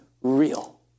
real